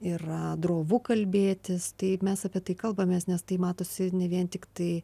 yra drovu kalbėtis taip mes apie tai kalbamės nes tai matosi ne vien tiktai